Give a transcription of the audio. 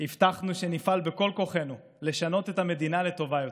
הבטחנו שנפעל בכל כוחנו לשנות את המדינה לטובה יותר.